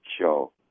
show